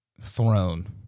throne